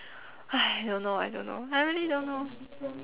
!hais! don't know I don't know I really don't know